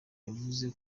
yavuze